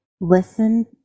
listen